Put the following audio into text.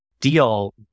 deal